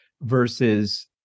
versus